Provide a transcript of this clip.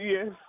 Yes